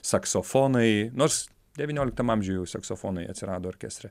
saksofonai nors devynioliktam amžiuj jau saksofonai atsirado orkestre